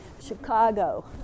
Chicago